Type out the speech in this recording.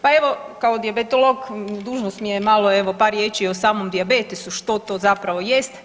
Pa evo kao dijabetolog dužnost mi je malo evo par riječi o samom dijabetesu što to zapravo jest?